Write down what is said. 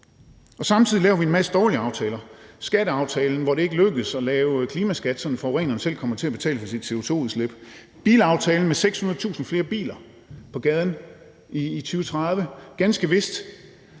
Samtidig laver vi en masse dårlige aftaler: skatteaftalen, hvor det ikke lykkedes at lave klimaskat, sådan at forureneren selv kommer til at betale for sit CO2-udslip; bilaftalen med 600.000 flere biler på gaden i 2030, ganske vist